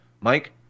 Mike